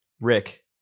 Rick